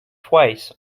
twice